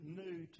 new